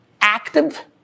active